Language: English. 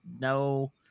no